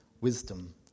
wisdom